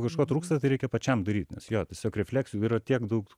kažko trūksta tai reikia pačiam daryt nes jo tiesiog refleksijų yra tiek daug